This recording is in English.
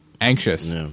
anxious